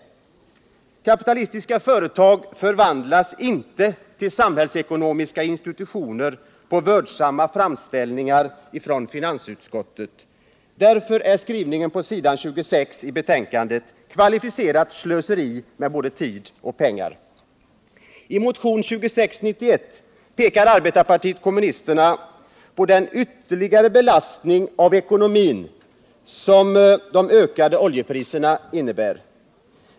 Kapitalistiska företag förvandlas inte till samhällsekonomiska institutioner på vördsamma framställningar från finansutskottet. Därför är skrivningen på s. 26 i betänkandet kvalificerat slöseri med både tid och pengar. I motionen 1976 pekar arbetarpartiet kommunisterna på den ytterligare belastning på ekonomin som de ökande oljepriserna innebär.